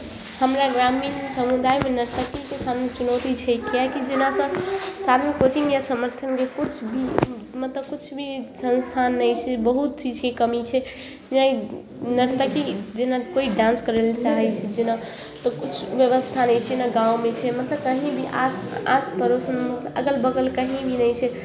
हमरा ग्रामीण समुदायमे नर्तकीके सामने चुनौती छै किएकि जेना एतय साधन कोचिंग या समर्थनके किछु भी मतलब किछु भी संस्थान नहि छै बहुत चीजके कमी छै जेनाकि नर्तकी जेना कोइ डांस करय लए चाहै छै जेना तऽ किछु व्यवस्था नहि छै ने गाँवमे छै मतलब कहीँ भी आस आस पड़ोसमे अगल बगल कहीँ भी नहि छै